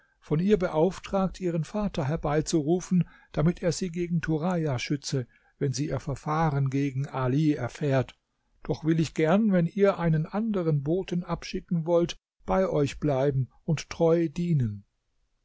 von ihr beauftragt ihren vater herbeizurufen damit er sie gegen turaja schütze wenn sie ihr verfahren gegen all erfährt doch will ich gern wenn ihr einen anderen boten abschicken wollt bei euch bleiben und treu dienen